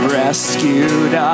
rescued